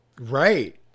right